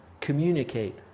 communicate